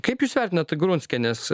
kaip jūs vertinat grunskienės